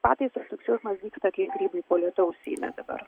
pataisos toks jausmas dygsta kaip grybai po lietaus seime dabar